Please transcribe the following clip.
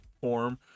form